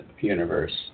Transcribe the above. universe